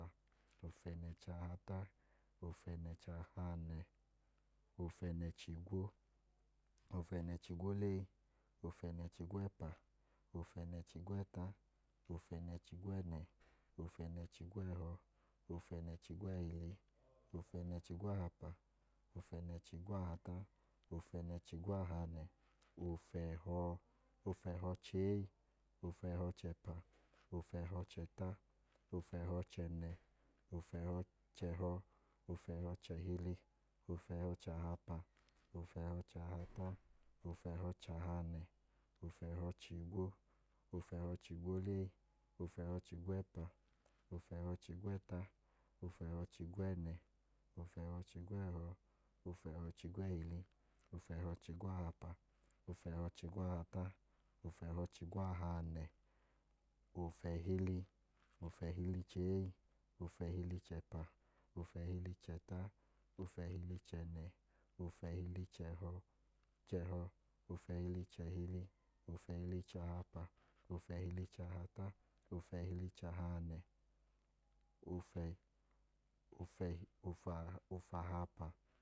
Ofẹnẹ-chahata, ofẹnẹ-chahanẹ, ofẹhọ, ofẹhọ-chee, ofẹhọ-chẹpa, ofẹhọ-chẹta, ofẹhọ-chẹnẹ, ofẹhọ-chẹhọ, ofẹhọ-chẹhili, ofẹhọ-chahapa, ofẹhọ-chahata, ofẹhọ-chahanẹ, ofẹhọ-chigwo, ofẹhọ-chigwolee, ofẹhọ-chigwẹpa, ofẹhọ-chigwẹta, ofẹhọ-chigwẹnẹ, ofẹhọ-chigwẹhọ, ofẹhọ-chigwẹhili, ofẹhọ-chigwahapa, ofẹhọ-chigwahata, ofẹhọ-chigwahanẹ, ofẹhili, ofẹhili-chee, ofẹhili-chẹpa, ofẹhili-chẹta, ofẹhili-chẹnẹ, ofẹhili-chẹhọ, ofẹhili-chẹhili, ofẹhli-chahapa, ofẹhili-chahata, ofẹhili-chahanẹ, ofẹhili-chigwo, ofẹhili-chigwolee, ofẹhili-chigwẹpa, ofẹhili-chigwẹta, ofẹhili-chigwẹnẹ, ofẹhili-chigwẹhọ, ofẹhili-chigwẹhili, ofẹhili-chigwahapa, ofẹhili-chigwahata, ofẹhili-chigwahanẹ, ofahapa